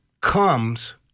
comes